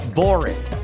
boring